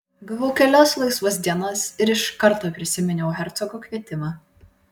gavau kelias laisvas dienas ir iš karto prisiminiau hercogo kvietimą